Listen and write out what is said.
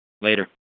Later